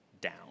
down